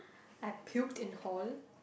I puked in hall